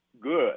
good